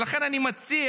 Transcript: ולכן אני מציע,